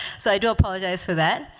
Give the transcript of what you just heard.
so i do apologize for that.